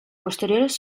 posteriores